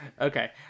Okay